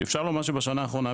אפשר לומר שבשנה האחרונה,